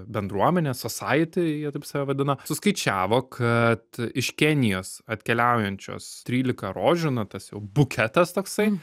bendruomenė society jie taip save vadina suskaičiavo kad iš kenijos atkeliaujančios trylika rožių na tas jau buketas toksai